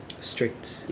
strict